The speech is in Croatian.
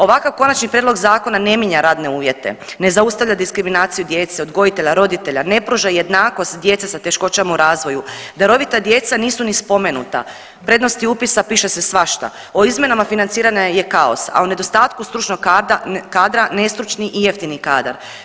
Ovakav konačni prijedlog zakona ne mijenja radne uvjete, ne zaustavlja diskriminaciju djece, odgojitelja, roditelja, ne pruža jednakost djece sa teškoćama u razvoju, darovita djeca nisu ni spomenuta, prednosti upisa piše se svašta, o izmjenama financiranja je kaos, a o nedostatku stručnog kadra nestručni i jeftini kadar.